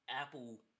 Apple